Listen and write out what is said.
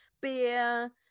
beer